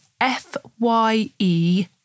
F-Y-E